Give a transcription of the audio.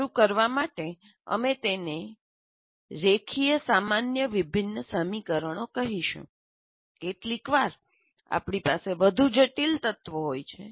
શરૂ કરવા માટે અમે તેને રેખીય સામાન્ય વિભિન્ન સમીકરણો કહીશું કેટલીકવાર આપણી પાસે વધુ જટિલ તત્વો હોય છે